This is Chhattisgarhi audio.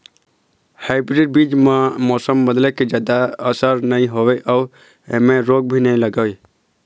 हाइब्रीड बीज म मौसम बदले के जादा असर नई होवे अऊ ऐमें रोग भी नई लगे